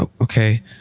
Okay